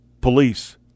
police